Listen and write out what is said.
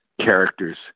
characters